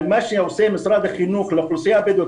מה שעושה משרד החינוך לאוכלוסייה הבדואית,